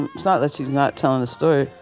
and it's not that she's not telling the story.